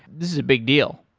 this is a big deal.